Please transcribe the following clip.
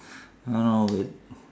no no wait